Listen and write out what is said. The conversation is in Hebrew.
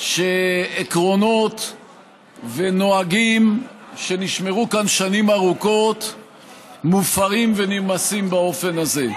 שעקרונות ונוהגים שנשמרו כאן שנים ארוכות מופרים ונרמסים באופן הזה.